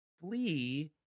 flee